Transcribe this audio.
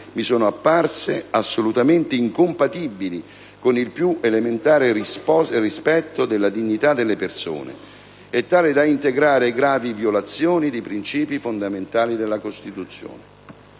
mi sono apparse assolutamente incompatibili con il più elementare rispetto della dignità delle persone e tali da integrare gravi violazioni di principi fondamentali della Costituzione».